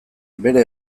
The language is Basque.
bere